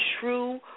true